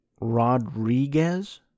Rodriguez